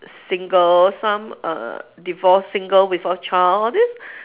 single some are divorced single with a child all this